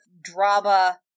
drama